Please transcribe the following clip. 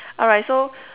alright so